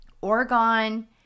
Oregon